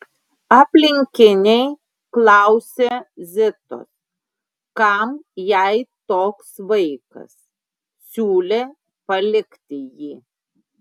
aplinkiniai klausė zitos kam jai toks vaikas siūlė palikti jį